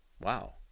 wow